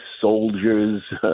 soldiers